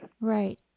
Right